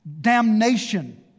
damnation